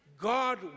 God